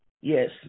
Yes